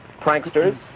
pranksters